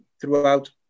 throughout